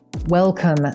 Welcome